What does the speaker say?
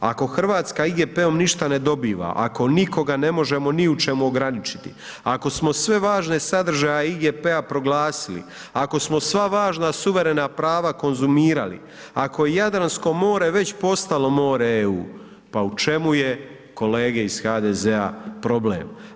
Ako Hrvatska IGP-om ništa ne dobiva, ako nikoga ne možemo ni u čemu ograničiti, ako smo sve važne sadržaje IGP-a proglasili, ako smo sva važna suverena prava konzumirali, ako je Jadransko more već postalo more EU, pa u čemu je, kolege iz HDZ-a problem?